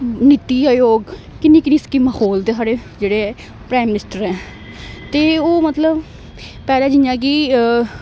नीति अयोग किन्नी किन्नी स्कीमां खोह्लदे साढ़े जेह्ड़े प्राईइम मिनिस्टर डझईघशआ शघळघएऊआई़ ऐ ते ओह् मतलब पैह्लें जियां कि